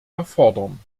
erfordern